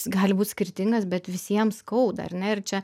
gali būt skirtingas bet visiem skauda ar ne ir čia